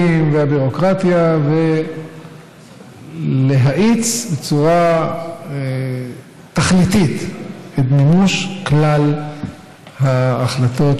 והביורוקרטיה ולהאיץ בצורה תכליתית את מימוש כלל ההחלטות